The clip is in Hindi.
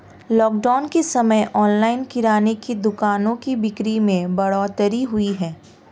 लॉकडाउन के समय ऑनलाइन किराने की दुकानों की बिक्री में बढ़ोतरी हुई है